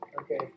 Okay